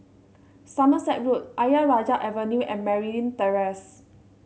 Somerset Road Ayer Rajah Avenue and Merryn Terrace